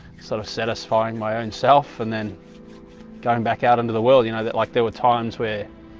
sort of satisfying, my, own self and then going, back out into the world you know, that like there were times, where